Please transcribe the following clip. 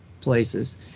places